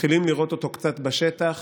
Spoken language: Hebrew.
מתחילים לראות אותו קצת בשטח